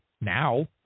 now